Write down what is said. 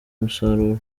umusaruro